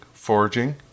foraging